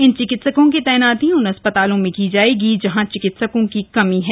इन चिकित्सकों की तैनाती उन अस्पतालों में की जायेगी जहां चिकित्सकों की कमी है